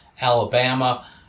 Alabama